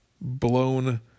blown